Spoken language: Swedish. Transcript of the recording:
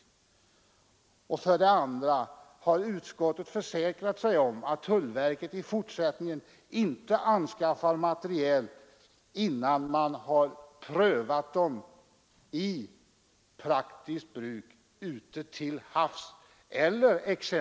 Har utskottet försäkrat sig om att tullverket i fortsättningen inte anskaffar materiel innan den praktiskt prövats ute till havs?